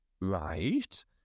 right